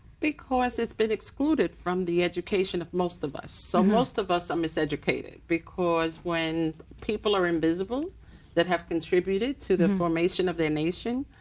because it's been excluded from the education of most of us. so most of us are miseducated because when people are invisible that have contributed to the formation of their nation,